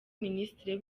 minisitiri